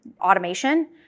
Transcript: automation